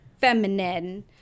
feminine